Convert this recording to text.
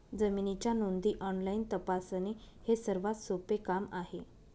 जमिनीच्या नोंदी ऑनलाईन तपासणे हे सर्वात सोपे काम आहे